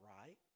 right